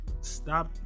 Stop